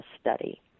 study